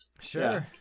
sure